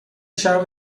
شرق